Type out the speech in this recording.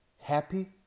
happy